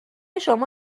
شما